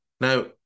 Now